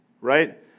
right